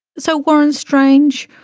so, warren strange,